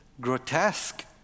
grotesque